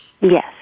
Yes